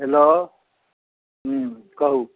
hello हूँ कहुँ